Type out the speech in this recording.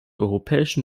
europäischen